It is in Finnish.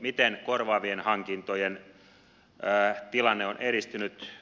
miten korvaavien hankintojen tilanne on edistynyt